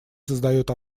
создает